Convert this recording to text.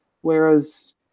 whereas